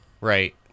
right